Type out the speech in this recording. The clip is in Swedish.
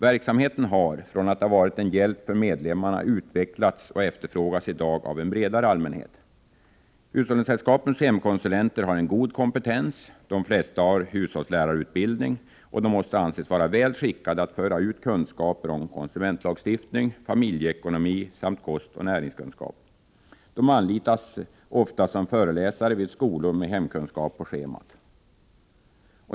Verksamheten har, från att ha varit en hjälp för medlemmarna, utvecklats och efterfrågas i dag av en bredare allmänhet. Hushållningssällskapens hemkonsulenter har en god kompetens, de flesta har hushållslärarutbildning, och de måste anses vara väl skickade att föra ut kunskaper om konsumentlagstiftning, familjeekonomi samt kostoch näringskunskap. De anlitas ofta som föreläsare vid skolor med hemkunskap på schemat.